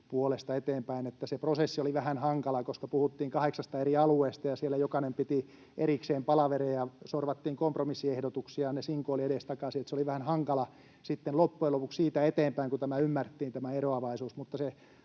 puolesta eteenpäin, että se prosessi oli vähän hankala, koska puhuttiin kahdeksasta eri alueesta ja siellä jokainen piti erikseen palavereja, sorvattiin kompromissiehdotuksia ja ne sinkoilivat edestakaisin, niin että se oli vähän hankalaa sitten loppujen lopuksi siitä eteenpäin, kun ymmärrettiin tämä eroavaisuus.